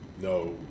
no